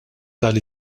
tal